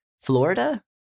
Florida